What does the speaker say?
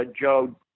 Joe